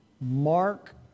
mark